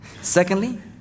Secondly